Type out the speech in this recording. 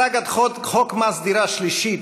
סאגת חוק מס דירה שלישית,